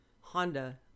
Honda